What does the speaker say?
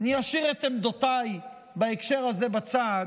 אני אשאיר את עמדותיי בהקשר הזה בצד,